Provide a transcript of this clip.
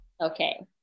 okay